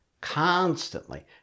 constantly